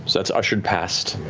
that's ushered past.